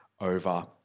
over